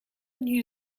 new